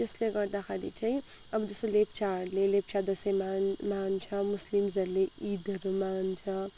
त्यसले गर्दाखेरि चाहिँ अब जस्तो लेप्चाहरूले लेप्चा दसैँ मान् मान्छ मुसलिम्जहरूले इदहरू मान्छ